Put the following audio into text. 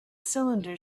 cylinder